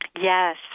Yes